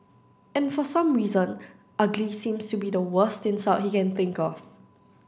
and for some reason ugly seems to be worst insult he can think of